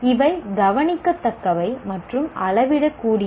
இவை கவனிக்கத்தக்கவை மற்றும் அளவிடக்கூடியவை